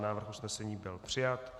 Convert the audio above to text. Návrh usnesení byl přijat.